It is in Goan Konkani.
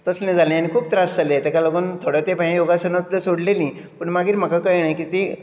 तसलें जालें आनी खूब त्रास जाले तेका लागून थोडो तेंप हांयें योगासना सोडलेली पूण मागीर म्हाका कळ्ळें की ती